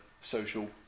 social